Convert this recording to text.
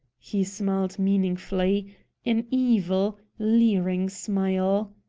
he smiled meaningfully an evil, leering smile.